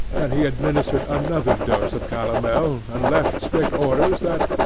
than he administered another dose of calomel, and left strict orders that,